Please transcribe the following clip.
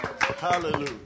Hallelujah